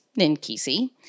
Ninkisi